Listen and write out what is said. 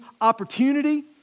opportunity